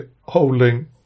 holding